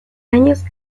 años